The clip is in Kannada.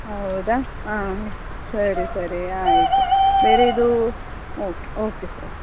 ಹೌದಾ ಹಾಂ ಸರಿ ಸರಿ ಆಯಿತು ಬೇರೆ ಇದು ಓಕೆ ಓಕೆ ಸರಿ